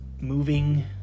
moving